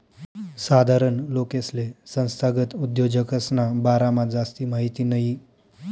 साधारण लोकेसले संस्थागत उद्योजकसना बारामा जास्ती माहिती नयी